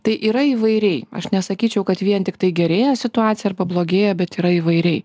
tai yra įvairiai aš nesakyčiau kad vien tiktai gerėja situacija arba pablogėja bet yra įvairiai